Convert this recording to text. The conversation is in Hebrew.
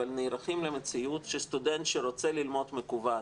אבל נערכים למציאות שסטודנט שרוצה ללמוד מקוון,